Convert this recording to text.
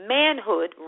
manhood